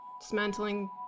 dismantling